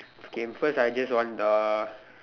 okay first I just want uh